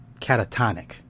catatonic